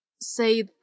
say